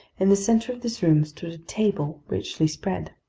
in the center of this room stood a table, richly spread.